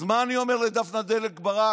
אז מה אני אומר לדפנה דלק ברק,